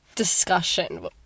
discussion